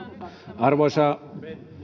arvoisa